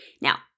Now